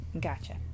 Gotcha